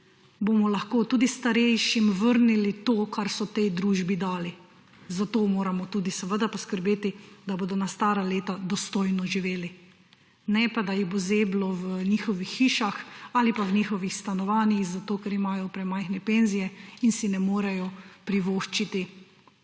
bomo lahko tudi starejšim vrnili to, kar so tej družbi dali. Zato moramo tudi poskrbeti, da bodo na stara leta dostojno živeli, ne pa, da jih bo zeblo v njihovih hišah ali pa v njihovih stanovanjih zato, ker imajo premajhne penzije in si ne morejo privoščiti